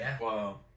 Wow